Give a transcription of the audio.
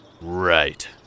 Right